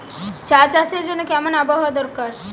চা চাষের জন্য কেমন আবহাওয়া দরকার?